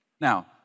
Now